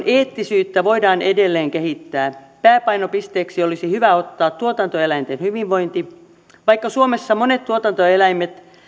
eettisyyttä voidaan edelleen kehittää pääpainopisteeksi olisi hyvä ottaa tuotantoeläinten hyvinvointi vaikka suomessa monet tuotantoeläimet